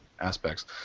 aspects